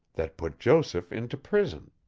that put joseph into prison.